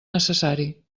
necessari